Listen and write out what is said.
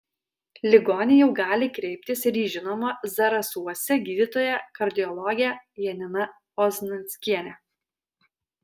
ligoniai jau gali kreiptis ir į žinomą zarasuose gydytoją kardiologę janina oznanskienę